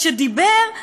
שדיבר,